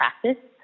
practice